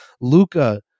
Luca